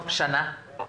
שנה.